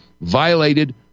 violated